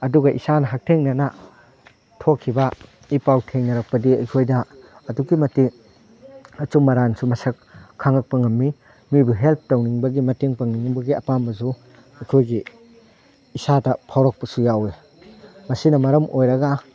ꯑꯗꯨꯒ ꯏꯁꯥꯅ ꯍꯛꯊꯦꯡꯅꯅ ꯊꯣꯛꯈꯤꯕ ꯏ ꯄꯥꯎ ꯊꯦꯡꯅꯔꯛꯄꯗꯤ ꯑꯩꯈꯣꯏꯗ ꯑꯗꯨꯛꯀꯤ ꯃꯇꯤꯛ ꯑꯆꯨꯝ ꯑꯔꯥꯟꯁꯨ ꯃꯁꯛ ꯈꯪꯉꯛꯄ ꯉꯝꯃꯤ ꯃꯤꯕꯨ ꯍꯦꯜꯞ ꯇꯧꯅꯤꯡꯕꯒꯤ ꯃꯇꯦꯡ ꯄꯥꯡꯅꯤꯡꯕꯒꯤ ꯑꯄꯥꯝꯕꯁꯨ ꯑꯩꯈꯣꯏꯒꯤ ꯏꯁꯥꯗ ꯐꯥꯎꯔꯛꯄꯁꯨ ꯌꯥꯎꯏ ꯃꯁꯤꯅ ꯃꯔꯝ ꯑꯣꯏꯔꯒ